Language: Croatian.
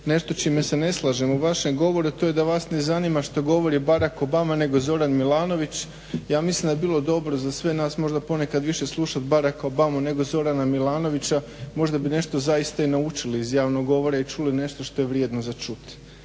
nešto s čime se ne slažem u vašem govoru, a to je da vas ne zanima što govori Barack Obama nego Zoran Milanović. Ja mislim da bi bilo dobro za sve nas možda ponekad više slušati Baracka Obamu nego Zorana Milanovića možda bi zaista nešto i naučili iz javnog govora i čuli nešto što je vrijedno za čuti.